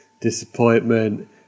disappointment